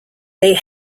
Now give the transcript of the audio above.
they